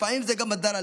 לפעמים זה גם הדרה,